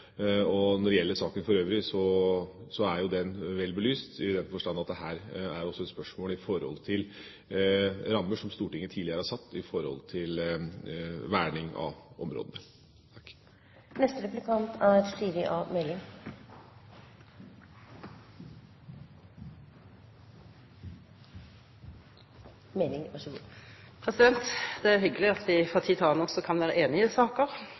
gjelder saken for øvrig, er den vel belyst, i den forstand at det også er et spørsmål om rammer som Stortinget tidligere har satt for verning av områdene. Det er hyggelig at vi fra tid til annen også kan være enige i saker.